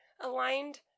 aligned